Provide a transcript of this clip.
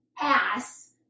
ass